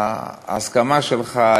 ההסכמה שלך,